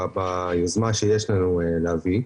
ביוזמה שיש לנו להביא.